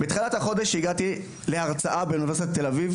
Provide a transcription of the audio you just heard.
בתחילת החודש הגעתי להרצאה באוניברסיטת תל אביב,